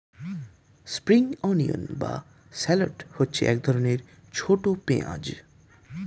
spring onion বা shallot হচ্ছে এক ধরনের ছোট পেঁয়াজ